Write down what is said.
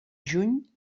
juny